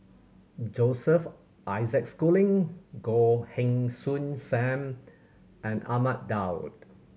Joseph Isaac Schooling Goh Heng Soon Sam and Ahmad Daud